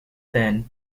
thin